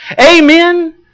Amen